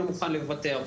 אני לא מוכן לוותר.